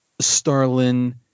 Starlin